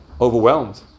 Overwhelmed